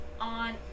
on